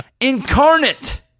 Incarnate